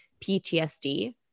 PTSD